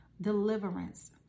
deliverance